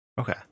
Okay